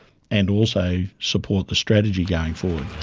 and also support the strategy going forward.